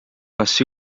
kas